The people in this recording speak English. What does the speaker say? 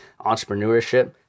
entrepreneurship